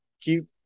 keep